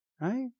Right